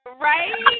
Right